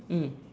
mm